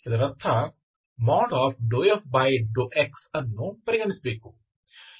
ಇದರರ್ಥ ನೀವು dFdx ಅನ್ನು ಪರಿಗಣಿಸಬೇಕು